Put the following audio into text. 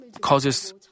causes